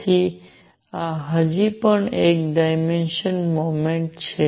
તેથી આ હજી પણ એક ડાયમેન્શનલ મોમેન્ટમ છે